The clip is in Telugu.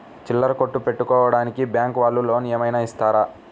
చిల్లర కొట్టు పెట్టుకోడానికి బ్యాంకు వాళ్ళు లోన్ ఏమైనా ఇస్తారా?